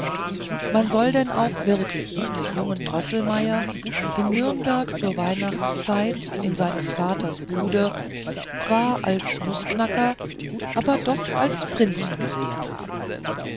man soll denn auch wirklich den jungen droßelmeier in nürnberg zur weihnachtszeit in seines vaters bude zwar als nußknacker aber doch als prinzen gesehen haben